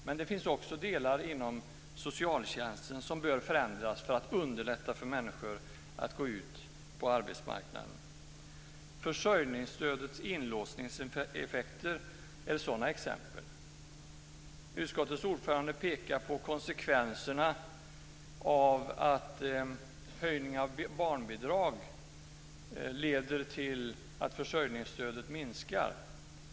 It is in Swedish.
Men det finns också delar inom socialtjänsten som bör förändras för att underlätta för människor att gå ut på arbetsmarknaden. Försörjningsstödets inlåsningseffekter är ett sådant exempel. Utskottets ordförande pekar på konsekvenserna av att en höjning av barnbidraget leder till att försörjningsstödet minskar.